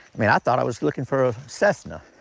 i mean i thought i was looking for a cessna.